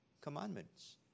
commandments